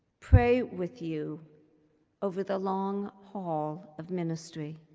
pray with you over the long haul of ministry